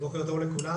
בוקר טוב לכולם.